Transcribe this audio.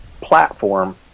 platform